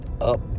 up